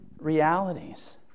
realities